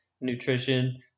nutrition